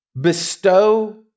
bestow